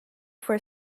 for